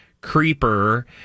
creeper